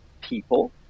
people